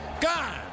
gone